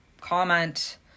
comment